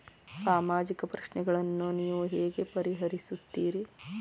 ಸಾಮಾಜಿಕ ಪ್ರಶ್ನೆಗಳನ್ನು ನೀವು ಹೇಗೆ ಪರಿಹರಿಸುತ್ತೀರಿ?